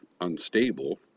unstable